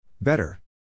Better